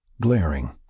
Glaring